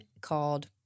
called